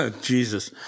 Jesus